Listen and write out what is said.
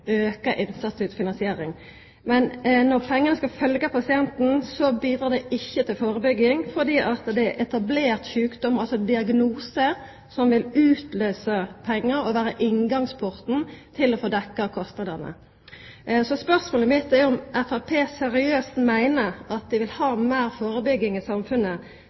auka innsatsstyrt finansiering. Men når pengane skal følgja pasienten, bidreg det ikkje til førebygging fordi det er etablert sjukdom, altså diagnose, som vil utløysa pengar, og som er inngangsporten til å få kostnadene dekt. Spørsmålet mitt er om Framstegspartiet seriøst meiner at dei vil ha meir førebygging i samfunnet,